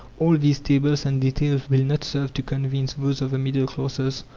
all these tables and details will not serve to convince those of the middle classes,